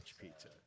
pizza